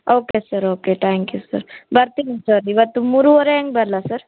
okay sir okay thank you sir ಬರ್ತೀನಿ sir ಇವತ್ತು ಮೂರುವರೆ ಹಾಗೆ ಬರಲಾ ಸರ್